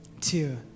two